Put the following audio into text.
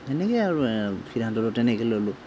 তেনেকেই আৰু সিদ্ধান্তটো তেনেকেই ললোঁ